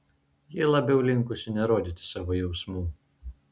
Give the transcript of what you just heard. ji labiau linkusi nerodyti savo jausmų